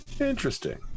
Interesting